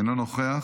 אינו נוכח,